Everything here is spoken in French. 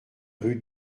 rue